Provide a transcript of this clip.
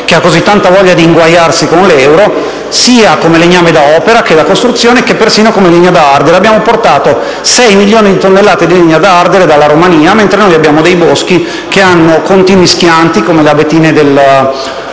che ha così tanta voglia di inguaiarsi con l'euro) sia come legname da opera che da costruzione, e persino come legna da ardere. Abbiamo importato sei milioni di tonnellate di legna da ardere dalla Romania, mentre abbiamo dei boschi che hanno continui schianti, come le abetine